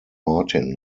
martin